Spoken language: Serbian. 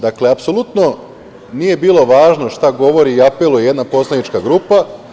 Dakle, apsolutno nije bilo važno šta govori i apeluje jedna poslanička grupa.